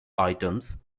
items